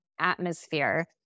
atmosphere